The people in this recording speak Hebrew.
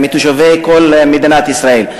בתושבי כל מדינת ישראל.